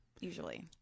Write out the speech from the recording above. Usually